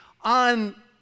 on